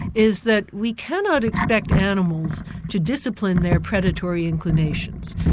is that we cannot expect animals to discipline their predatory inclinations.